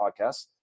podcast